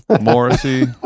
Morrissey